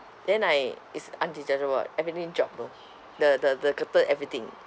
then I is undetachable everything drop you know the the the curtain everything